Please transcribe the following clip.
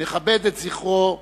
נכבד את זכרו בקימה.